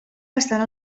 bastant